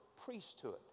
priesthood